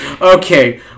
okay